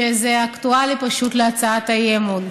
שזה אקטואלי פשוט להצעת האי-אמון.